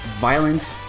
violent